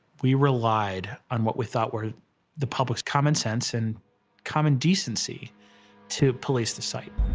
we relied on what we thought were the public's common sense and common decency to police the site.